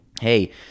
hey